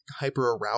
hyperarousal